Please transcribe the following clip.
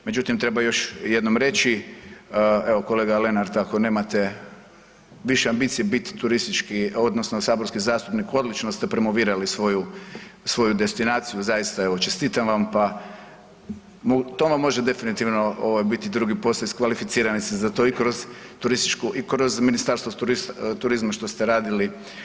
Međutim, treba još jednom reći, evo kolega Lenart ako nemate više ambicije bit turistički odnosno saborski zastupnik, odlično ste promovirali svoju, svoju destinaciju, zaista evo čestitam vam, pa to vam može definitivno ovaj biti drugi posao, iskvalificirani ste za to i kroz turističku i kroz Ministarstvo turizma što ste radili.